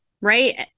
right